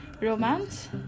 romance